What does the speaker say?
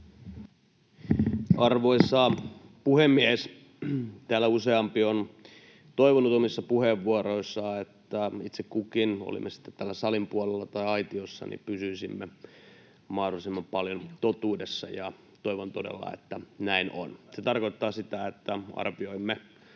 Arvoisa puhemies! Täällä useampi on toivonut omissa puheenvuoroissaan, että itse kukin, olemme sitten täällä salin puolella tai aitiossa, pysyisi mahdollisimman paljon totuudessa. Toivon todella, että näin on. Se tarkoittaa sitä, että arvioimme